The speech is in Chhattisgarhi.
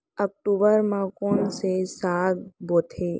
अक्टूबर मा कोन से साग बोथे?